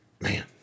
man